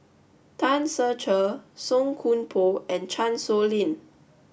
Tan Ser Cher Song Koon Poh and Chan Sow Lin